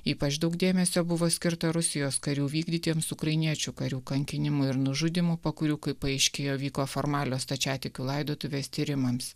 ypač daug dėmesio buvo skirta rusijos karių vykdytiems ukrainiečių karių kankinimui ir nužudymu po kurių kaip paaiškėjo vyko formalios stačiatikių laidotuvės tyrimams